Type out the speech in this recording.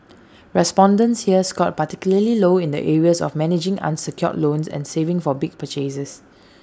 respondents here scored particularly low in the areas of managing unsecured loans and saving for big purchases